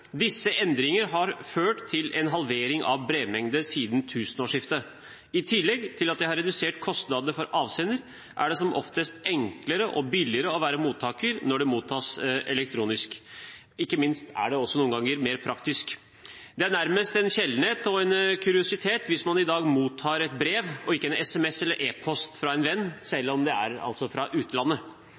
Disse endringene har ført til en halvering av brevmengden siden tusenårsskiftet. I tillegg til at det har redusert kostnadene for avsender, er det som oftest enklere og billigere å være mottaker når det mottas elektronisk. Ikke minst er det også noen ganger mer praktisk. Det er nærmest en sjeldenhet og en kuriositet hvis man i dag mottar et brev og ikke en SMS eller e-post fra en venn, selv om det er fra utlandet.